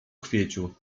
kwieciu